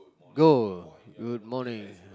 go~ good morning